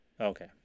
Okay